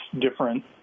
different